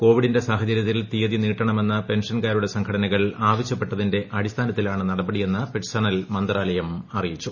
കോവിഡിന്റെ സാഹചര്യത്തിൽ തീയതി നീട്ടണമെന്ന് പെൻഷൻകാരുടെ സംഘടനകൾ ആവശ്യപ്പെട്ടതിന്റെ അടിസ്ഥാനത്തിലാണ് നടപടിയെന്ന് പേഴ്സണൽ മന്ത്രാലയം അറിയിച്ചു